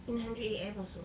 in hundred A_M also